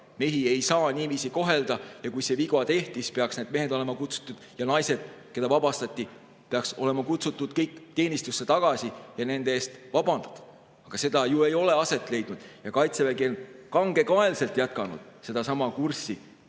Mehi ei saa niiviisi kohelda! Ja kui see viga tehti, siis peaksid need mehed ja naised, kes vabastati, olema kutsutud kõik teenistusse tagasi ja nende ees tuleb vabandada. Aga seda ju ei ole aset leidnud ja Kaitsevägi on kangekaelselt jätkanud sedasama kurssi